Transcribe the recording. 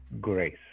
Grace